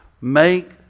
Make